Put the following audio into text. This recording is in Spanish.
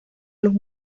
los